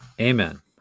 Amen